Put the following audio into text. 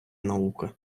наука